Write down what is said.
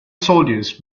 soldiers